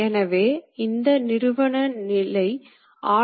அங்கு ஒருவர் நிரலில் நுழைய முடியும்